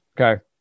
Okay